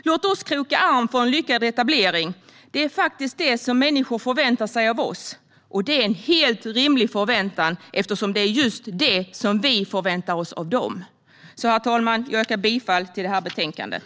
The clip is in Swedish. Låt oss kroka arm för en lyckad etablering. Det är faktiskt det som människor förväntar sig av oss. Det är en helt rimlig förväntan, eftersom det är just det vi förväntar oss av dem. Herr talman! Jag yrkar bifall till förslaget.